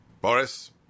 Boris